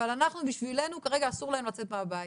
אבל כרגע בשבילנו אסור להם לצאת מהבית